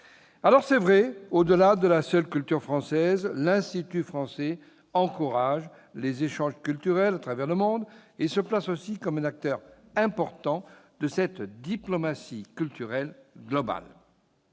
mais aussi mondial. Au-delà de la seule culture française, l'Institut français encourage les échanges culturels à travers le monde, et se place ainsi comme un acteur important d'une diplomatie culturelle globale.